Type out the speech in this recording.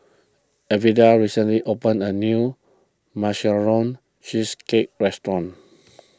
recently opened a new Marshmallow Cheesecake restaurant